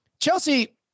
Chelsea